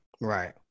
Right